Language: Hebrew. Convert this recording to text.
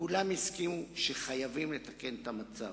כולם הסכימו שחייבים לתקן את המצב.